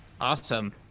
Awesome